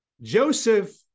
Joseph